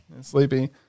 sleepy